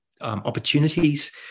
opportunities